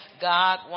God